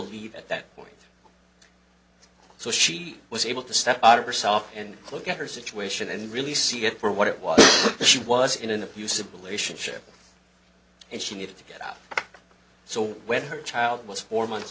leave at that point so she was able to step out of herself and cloak her situation and really see it for what it was she was in an abusive relationship and she needed to get out so when her child was four months